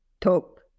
Top